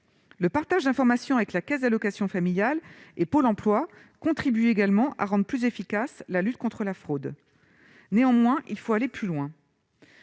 Le partage d'informations avec la caisse d'allocations familiales et Pôle emploi contribue également à rendre plus efficace la lutte contre la fraude. Néanmoins, il faut aller plus loin